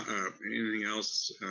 anything else,